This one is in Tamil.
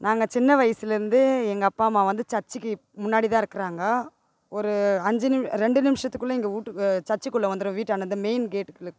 நாங்கள் சின்ன வயசுலேருந்தே எங்கள் அப்பா அம்மா வந்து சர்ச்சிக்கு முன்னாடிதான் இருக்கிறாங்கோ ஒரு அஞ்சு ரெண்டு நிமிஷத்துக்குள்ளே எங்கள் வீட்டுக்கு சர்ச்சுக்குள்ள வந்துடும் வீட்டாண்ட இந்த மெயின் கேட்டுக்குள்ளே